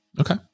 Okay